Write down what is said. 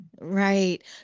Right